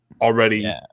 already